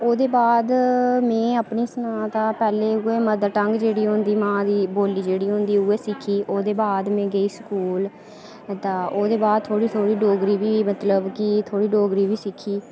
ते ओह्दे बाद में अपनी सनांऽ ते पैह्लें उ'ऐ जेह्ड़ी होंदी मां दी बोल्ली जेह्ड़ी होंदी उ'ऐ सिक्खी ओह्दे बाद में गेई स्कूल ओह्दे बाद थोह्ड़ी थोह्ड़ी मतलब कि डोगरी बी सिक्खी